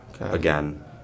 again